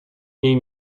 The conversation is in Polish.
niej